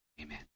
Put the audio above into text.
Amen